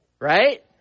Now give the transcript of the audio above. Right